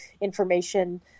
information